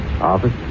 Office